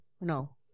no